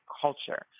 culture